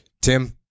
Tim